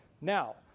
Now